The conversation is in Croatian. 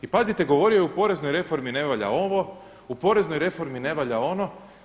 I pazite, govorio je u poreznoj reformi ne valja ovo, u poreznoj reformi ne valja ono.